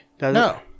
no